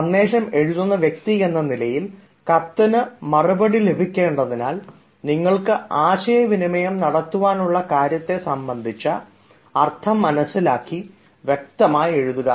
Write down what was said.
സന്ദേശം എഴുതുന്ന വ്യക്തി എന്ന നിലയിൽ കത്തിന് മറുപടി ലഭിക്കേണ്ടതിനാൽ നിങ്ങൾക്ക് ആശയവിനിമയം നടത്തുവാനുള്ള കാര്യത്തെ സംബന്ധിച്ച അർത്ഥം മനസ്സിലാക്കി വ്യക്തമായി എഴുതുക